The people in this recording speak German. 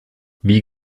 wie